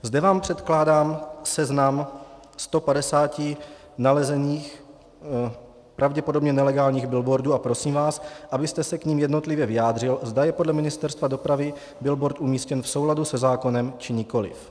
Zde vám předkládám seznam 150 nalezených, pravděpodobně nelegálních billboardů a prosím vás, abyste se k nim jednotlivě vyjádřil, zda je podle Ministerstva dopravy billboard umístěn v souladu se zákonem, či nikoliv.